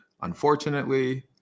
Unfortunately